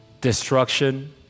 destruction